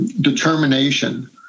determination